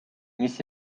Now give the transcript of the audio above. mis